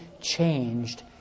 changed